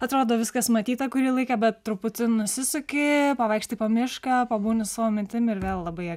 atrodo viskas matyta kurį laiką bet truputį nusisuki pavaikštai po mišką pabūni su savo mintim ir vėl labai